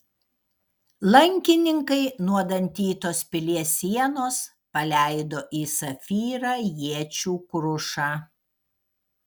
lankininkai nuo dantytos pilies sienos paleido į safyrą iečių krušą